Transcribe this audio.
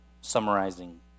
summarizing